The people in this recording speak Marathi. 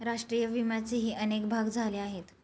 राष्ट्रीय विम्याचेही अनेक भाग झाले आहेत